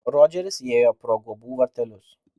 rodžeris įėjo pro guobų vartelius